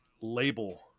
label